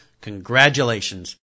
congratulations